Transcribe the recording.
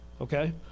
Okay